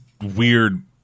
weird